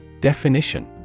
Definition